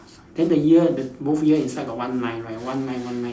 then the ear the both ear inside got one line right one line one line